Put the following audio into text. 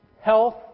Health